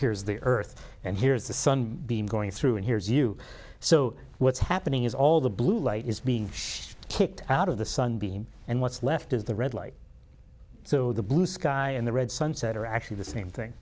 here is the earth and here is the sun going through and here is you so what's happening is all the blue light is being kicked out of the sun beam and what's left is the red light so the blue sky and the red sunset are actually the same thing